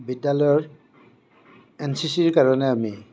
বিদ্যালয়ৰ N C চিৰ কাৰণে আমি